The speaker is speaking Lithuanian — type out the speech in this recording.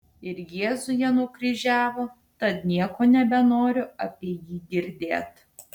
ir jėzų jie nukryžiavo tad nieko nebenoriu apie jį girdėt